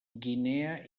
guinea